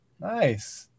Nice